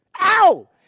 ow